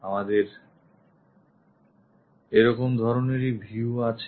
আমাদের এরকম ধরনেরই view আছে